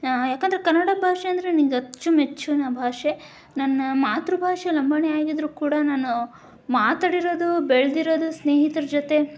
ಯಾಕಂದರೆ ಕನ್ನಡ ಭಾಷೆ ಅಂದರೆ ನಂಗೆ ಅಚ್ಚುಮೆಚ್ಚಿನ ಭಾಷೆ ನನ್ನ ಮಾತೃಭಾಷೆ ಲಂಬಾಣಿ ಆಗಿದ್ರೂ ಕೂಡ ನಾನು ಮಾತಾಡಿರೋದು ಬೆಳೆದಿರೋದು ಸ್ನೇಹಿತರ ಜೊತೆ